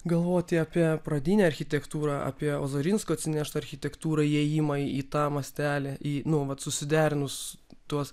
galvoti apie pradinę architektūrą apie ozarinsko atsineštą architektūrai įėjimai į tą mastelį į nu vat susiderinus tuos